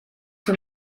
son